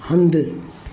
हंधि